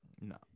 no